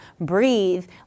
breathe